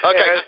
Okay